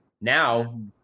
now